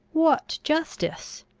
what justice?